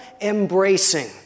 embracing